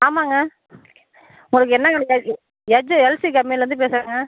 ஆமாம்ங்க உங்களுக்கு என்ன வேணும் எல்ஜி எல்சி கம்பெனிலேந்து பேசுகிறேங்க